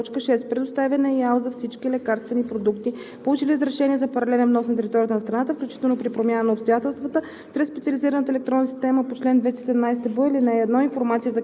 него.“ 3. В чл. 217: а) създава се нова т. 6: „6. предоставя на ИАЛ за всички лекарствени продукти, получили разрешение за паралелен внос на територията на страната, включително при промяна на обстоятелствата,